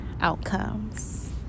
outcomes